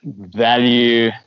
value